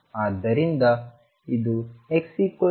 ಆದ್ದರಿಂದ ಇದು x0 ಮತ್ತು xL